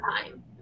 time